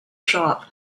shop